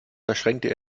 verschränkte